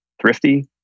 thrifty